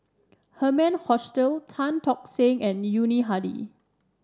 Herman Hochstadt Tan Tock Seng and Yuni Hadi